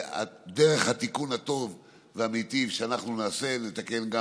ודרך התיקון הטוב והמיטיב שאנחנו נעשה נתקן גם